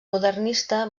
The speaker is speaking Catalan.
modernista